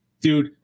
dude